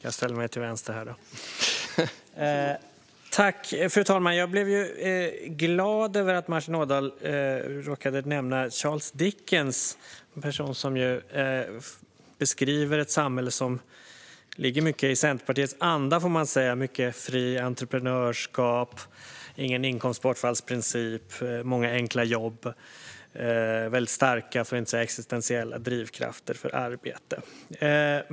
Fru talman! Jag blev glad över att Martin Ådahl nämnde Charles Dickens, som beskriver ett samhälle mycket i Centerpartiets anda, får man säga, med fritt entreprenörskap, ingen inkomstbortfallsprincip, många enkla jobb och väldigt starka, för att inte säga existentiella, drivkrafter för arbete.